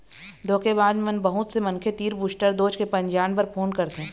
धोखेबाज मन बहुत से मनखे तीर बूस्टर डोज के पंजीयन बर फोन करथे